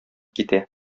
китә